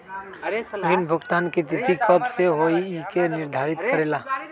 ऋण भुगतान की तिथि कव के होई इ के निर्धारित करेला?